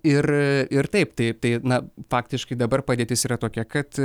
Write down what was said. ir taip tai tai na faktiškai dabar padėtis yra tokia kad